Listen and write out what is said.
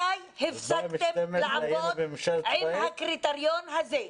מתי הפסקתם לעבוד עם הקריטריון הזה?